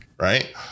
right